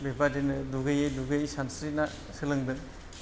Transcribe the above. बेबायदिनो दुगैयै दुगैयै सानस्रिनो सोलोंदों